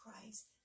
Christ